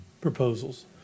proposals